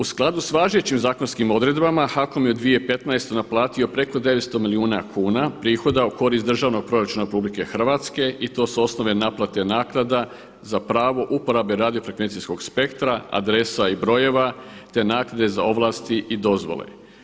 U skladu s važećim zakonskim odredbama HAKOM je u 2015. naplatio preko 900 milijuna kuna prihoda u korist državnog proračuna Republike Hrvatske i to s osnove naplate naknada za pravo uporabe radio-frekvencijskog spektra, adresa i brojeva, te naknade za ovlasti i dozvole.